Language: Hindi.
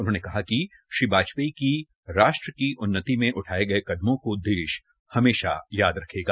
उन्होंने कहा कि श्री वाजपेयी की राष्ट्र की उन्नति में उठाये गय कदमों को देश हमेशा याद रखेगा